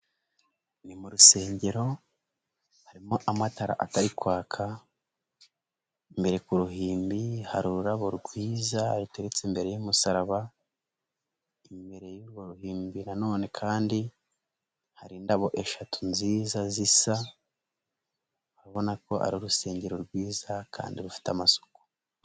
Ni mu rusengero harimo amatara atari kwaka, imbere ku ruhimbi hari ururabo rwiza rutetse imbere y'umusaraba, imbere y'urwo ruhimbira nanone kandi hari indabo eshatu nziza zisa, urabona ko ari urusengero rwiza kandi rufite amasuku.